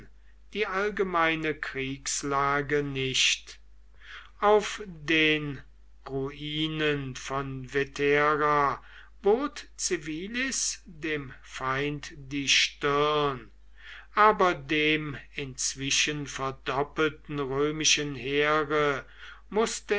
die allgemeine kriegslage nicht auf den ruinen von vetera bot civilis dem feind die stirn aber dem inzwischen verdoppelten römischen heere mußte